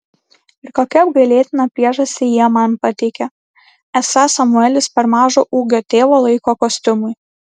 ir kokią apgailėtiną priežastį jie man pateikė esą samuelis per mažo ūgio tėvo laiko kostiumui